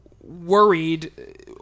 worried